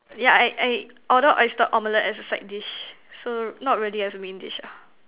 yeah I I order oyster omelette as a side dish so not really as main dish ah